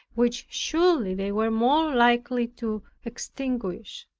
which surely they were more likely to extinguish.